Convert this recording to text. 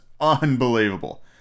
unbelievable